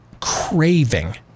craving